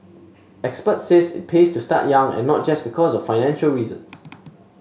experts said it pays to start young and not just because of financial reasons